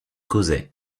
causaient